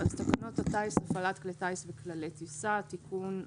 תקנות הטיס (הפעלת כלי טיס וכללי טיסה) (תיקון מס...),